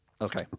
Okay